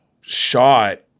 shot